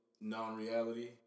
non-reality